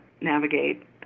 navigate